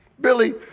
Billy